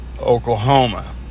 Oklahoma